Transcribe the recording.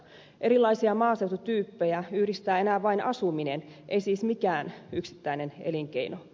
erilaisia maaseututyyppejä yhdistää enää vain asuminen ei siis mikään yksittäinen elinkeino